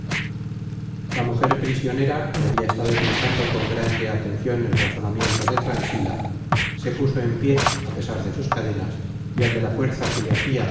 la mujer prisionera que habia estado escuchando con grande atencion el razonamiento de transila se puso en pié a pesar de sus cadenas y al de la fuerza que le hacia